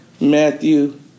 Matthew